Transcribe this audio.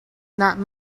not